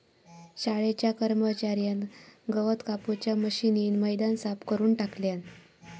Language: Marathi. शाळेच्या कर्मच्यार्यान गवत कापूच्या मशीनीन मैदान साफ करून टाकल्यान